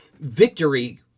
victory